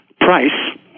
price